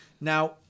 Now